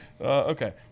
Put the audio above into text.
Okay